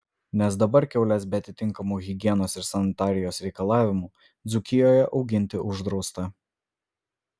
nes dabar kiaules be atitinkamų higienos ir sanitarijos reikalavimų dzūkijoje auginti uždrausta